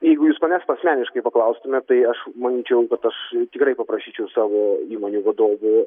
jeigu jūs manęs asmeniškai paklaustumėt tai aš manyčiau kad aš tikrai paprašyčiau savo įmonių vadovų